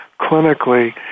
clinically